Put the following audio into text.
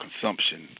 consumption